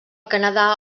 canadà